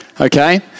Okay